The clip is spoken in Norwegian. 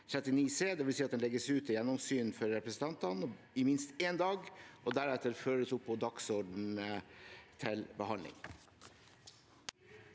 39 c. Det vil si at den legges ut til gjennomsyn for representantene i minst én dag og deretter føres opp på dagsordenen til behandling.